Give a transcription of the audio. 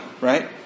right